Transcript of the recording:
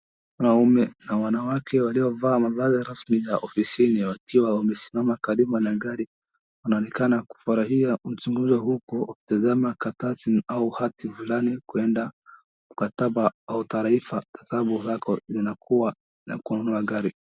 Wanaume na wanamke waliovaa mavazi rasmi ya ofisini wakiwa wamesimama karibu na gari wanaonekana kufurahia mazungumzo huku wakitazama karatasi au hati fulani huenda mkataba au taarifa tazamo zako zinakuwa ya kununua gari.